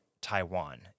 Taiwan